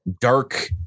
dark